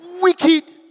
Wicked